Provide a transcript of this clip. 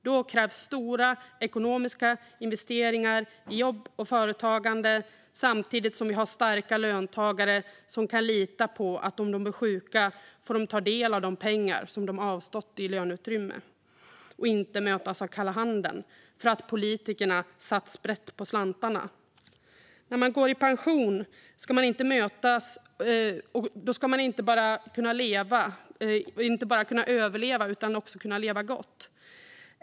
Då krävs stora ekonomiska investeringar i jobb och företagande, samtidigt som det finns starka löntagare som kan lita på att om de blir sjuka får de ta del av de pengar som de har avstått i löneutrymme och inte mötas av kalla handen för att politikerna satt sprätt på slantarna. När man går i pension ska man inte bara överleva utan också kunna leva gott.